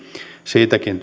siitäkin